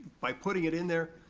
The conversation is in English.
by putting it in there,